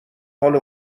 حال